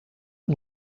and